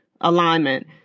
alignment